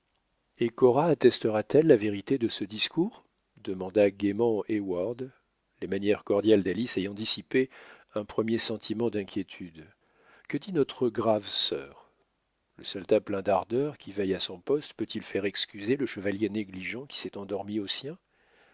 et cora attestera t elle la vérité de ce discours demanda gaiement heyward les manières cordiales d'alice ayant dissipé un premier sentiment d'inquiétude que dit notre grave sœur le soldat plein d'ardeur qui veille à son poste peut-il faire excuser le chevalier négligent qui s'est endormi au sien